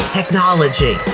Technology